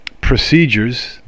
procedures